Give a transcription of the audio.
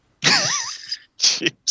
Jeez